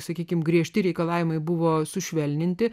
sakykime griežti reikalavimai buvo sušvelninti